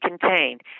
contained